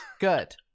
Good